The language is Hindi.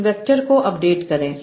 इन वैक्टर को अपडेट करें